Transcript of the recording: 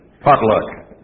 potluck